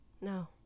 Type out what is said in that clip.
No